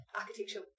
architecture